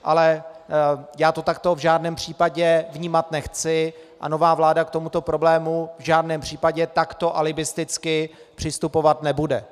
Ale já to takto v žádném případě vnímat nechci a nová vláda k tomuto problému v žádném případě takto alibisticky přistupovat nebude.